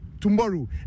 tomorrow